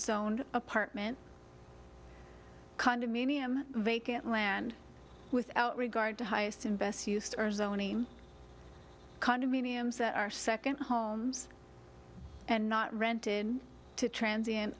zoned apartment condominium vacant land without regard to highest invest used or zoning condominiums that are second homes and not rented to transients